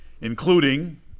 including